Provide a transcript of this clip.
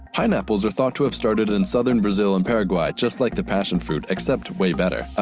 pineapples are thought to have started in southern brazil and paraguay. just like the passion fruit, except way better. ah,